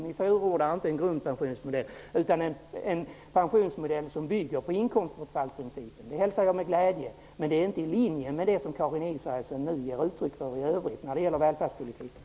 Ni förordar inte en grundpensionsmodell utan en pensionsmodell som bygger på inkomstbortfallsprincipen, och det hälsar jag med glädje. Det är emellertid inte i linje med det som Karin Israelsson nu gör uttryck för i övrigt när det gäller välfärdspolitiken.